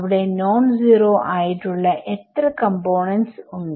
അവിടെ non zero ആയിട്ടുള്ള എത്ര കമ്പോണെന്റ്സ് ഉണ്ട്